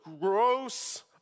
gross